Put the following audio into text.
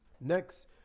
Next